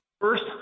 First